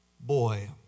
boy